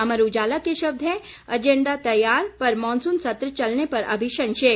अमर उजाला के शब्द हैं एंजेडा तैयार पर मॉनसून सत्र चलने पर अभी संशय